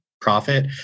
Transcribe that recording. profit